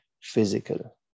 physical